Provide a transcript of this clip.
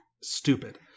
stupid